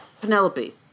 Penelope